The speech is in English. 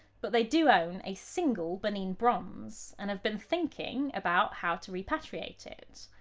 but they do own a single benin bronze, and have been thinking about how to repatriate it.